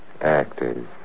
Actors